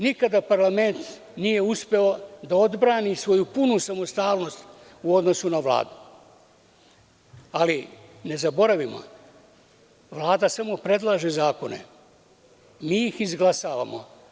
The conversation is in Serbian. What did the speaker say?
Nikada parlament nije uspeo da odbrani svoju punu samostalnost u odnosu na Vladu, ali ne zaboravimo, Vlada samo predlaže zakone, a mi ih izglasavamo.